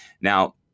now